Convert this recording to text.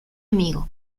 amigo